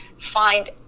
find